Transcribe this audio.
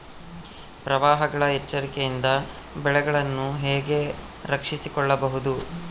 ಪ್ರವಾಹಗಳ ಎಚ್ಚರಿಕೆಯಿಂದ ಬೆಳೆಗಳನ್ನು ಹೇಗೆ ರಕ್ಷಿಸಿಕೊಳ್ಳಬಹುದು?